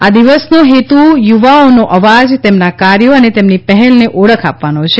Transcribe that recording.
આ દિવસનો હેતુ યુવાઓનો અવાજ તેમના કાર્યો અને તેમની પહેલને ઓળખ આપવાનો છે